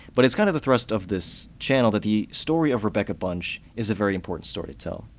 but it's kind of the thrust of this channel that the story of rebecca bunch is a very important story to tell.